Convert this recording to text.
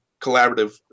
collaborative